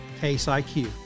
CaseIQ